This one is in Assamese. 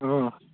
অঁ